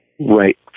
right